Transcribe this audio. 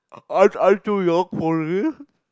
aren't I too young for this